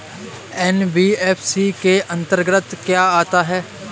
NBFC के अंतर्गत क्या आता है?